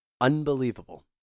unbelievable